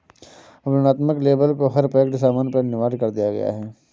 वर्णनात्मक लेबल को हर पैक्ड सामान पर अनिवार्य कर दिया गया है